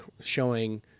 showing